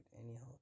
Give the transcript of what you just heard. anyhow